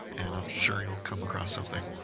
and i'm sure you'll come across something.